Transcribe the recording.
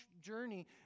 journey